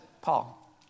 Paul